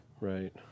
Right